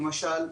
למשל,